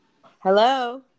Hello